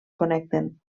connecten